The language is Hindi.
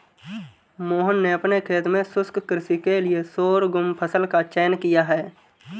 मोहन ने अपने खेत में शुष्क कृषि के लिए शोरगुम फसल का चयन किया है